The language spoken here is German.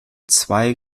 zwei